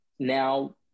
Now